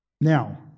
Now